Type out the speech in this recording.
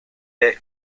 est